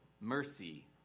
Mercy